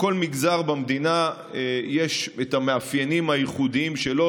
לכל מגזר במדינה יש את המאפיינים הייחודיים שלו,